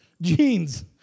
Jeans